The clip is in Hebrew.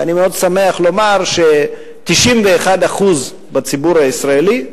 ואני מאוד שמח לומר ש-91% מהציבור הישראלי,